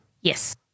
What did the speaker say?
Yes